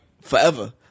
forever